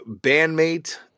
bandmate